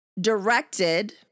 directed